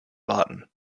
warten